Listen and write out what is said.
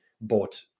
bought